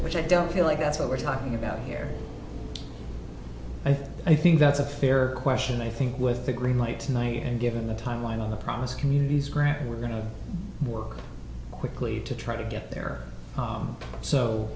which i don't feel like that's what we're talking about here i think i think that's a fair question i think with the green light night and given the timeline on the promise communities grant we're going to work quickly to try to get there